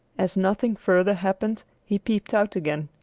as nothing further happened, he peeped out again.